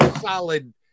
solid